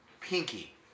Pinky